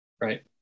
Right